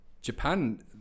Japan